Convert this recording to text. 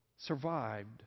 survived